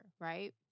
right